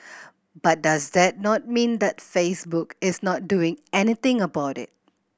but does that not mean that Facebook is not doing anything about it